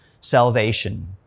salvation